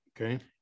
Okay